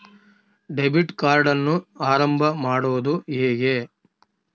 Debit ಕಾರ್ಡನ್ನು ಆರಂಭ ಮಾಡೋದು ಹೇಗೆ?